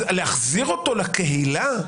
אז להחזיר אותו לקהילה?